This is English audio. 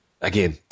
again